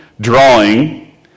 drawing